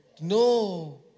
No